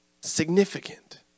significant